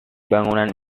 bangunan